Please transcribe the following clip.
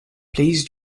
please